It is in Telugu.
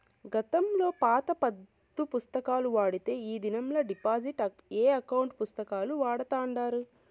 గతంలో పాత పద్దు పుస్తకాలు వాడితే ఈ దినంలా డిజిటల్ ఎకౌంటు పుస్తకాలు వాడతాండారు